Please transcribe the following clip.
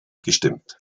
gestimmt